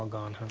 gone, huh?